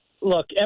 Look